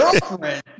Girlfriend